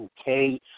okay